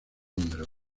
número